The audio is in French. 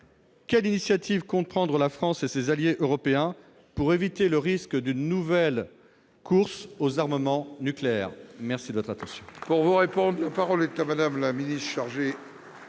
quelle initiative comptent prendre la France et ses alliés européens pour éviter le risque d'une nouvelle course aux armements nucléaires ? La parole est